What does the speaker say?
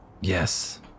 Yes